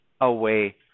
away